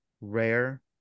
rare